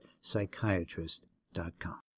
Psychiatrist.com